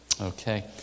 Okay